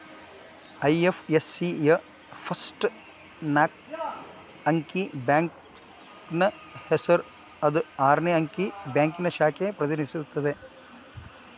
IFSC ಯ first ನಾಕ್ ಅಂಕಿ ಬ್ಯಾಂಕಿನ್ ಹೆಸರ ಐದ್ ಆರ್ನೆ ಅಂಕಿ ಬ್ಯಾಂಕಿನ್ ಶಾಖೆನ ಪ್ರತಿನಿಧಿಸತ್ತ